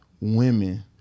women